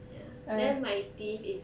ya then my teeth is